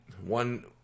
One